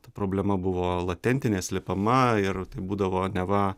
ta problema buvo latentinė slepiama ir tai būdavo neva